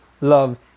Love